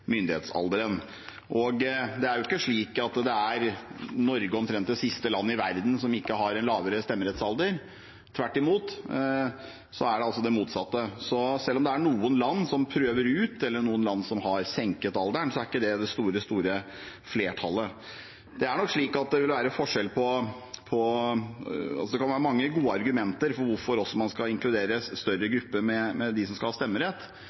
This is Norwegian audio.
Det er ikke slik at Norge omtrent er det siste land i verden som ikke har en lavere stemmerettsalder, tvert imot. Selv om det er noen land som prøver dette ut, eller noen land som har senket alderen, er det ikke det store flertallet. Det kan være mange gode argumenter for hvorfor man bør inkludere større grupper blant dem som skal ha stemmerett,